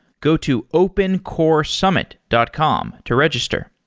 go to opencoresummit dot com to register.